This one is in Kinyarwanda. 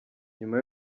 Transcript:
nyuma